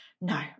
No